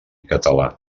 català